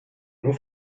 nur